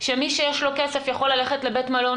שמי שיש לו כסף יכול ללכת לבית מלון,